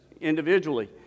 individually